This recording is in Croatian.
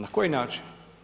Na koji način?